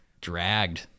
dragged